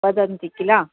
वदन्ति किल